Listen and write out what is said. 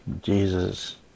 Jesus